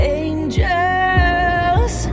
angels